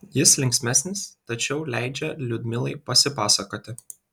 jis linksmesnis tačiau leidžia liudmilai pasipasakoti